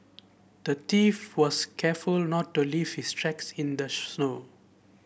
the thief was careful not to leave his tracks in the snow